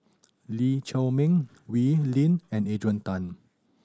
Lee Chiaw Meng Wee Lin and Adrian Tan